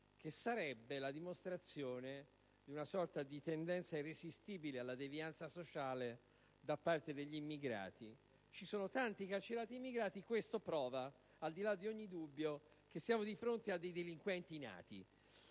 che sarebbe la dimostrazione di una sorta di tendenza irresistibile alla devianza sociale da parte degli immigrati. Ci sono tanti carcerati immigrati: questo - essi sostengono - prova, al di là di ogni dubbio, che siamo di fronte a dei delinquenti nati.